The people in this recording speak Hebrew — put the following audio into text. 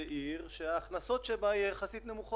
שיש להן תלות גבוהה מאוד במקורות ההכנסה שלהן מן המדינה,